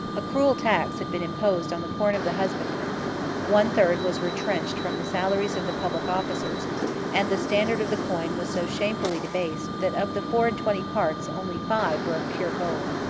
a cruel tax had been imposed on the corn of the husbandman one third was retrenched from the salaries of the public officers and the standard of the coin was so shamefully debased, that of the four-and-twenty parts only five were of pure gold.